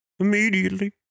Immediately